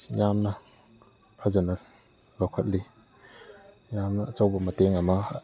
ꯁꯤ ꯌꯥꯝꯅ ꯐꯖꯅ ꯂꯧꯈꯠꯂꯤ ꯌꯥꯝꯅ ꯑꯆꯧꯕ ꯃꯇꯦꯡ ꯑꯃ